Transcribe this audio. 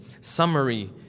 summary